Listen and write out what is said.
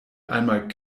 einmal